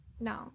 No